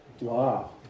Wow